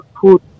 food